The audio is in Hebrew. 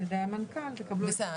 על ידי המנכ"ל תקבלו את --- בסדר,